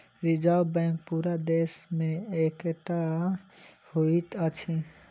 reserve Bank पूरा देश मे एकै टा होइत अछि